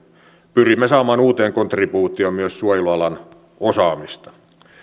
pyrimme saamaan uuteen kontribuutioon myös suojelualan osaamista